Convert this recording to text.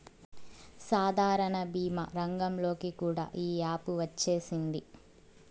సాధారణ భీమా రంగంలోకి కూడా ఈ యాపు వచ్చేసింది